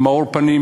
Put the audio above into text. שבמאור פנים,